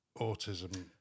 autism